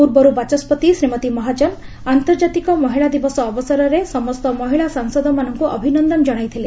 ପୂର୍ବରୁ ବାଚସ୍କତି ଶ୍ରୀମତୀ ମହାଜନ ଆନ୍ତର୍ଜାତିକ ମହିଳା ଦିବସ ଅବସରରେ ସମସ୍ତ ମହିଳା ସାଂସଦମାନଙ୍କୁ ଅଭିନନ୍ଦନ ଜଣାଇଥିଲେ